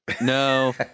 no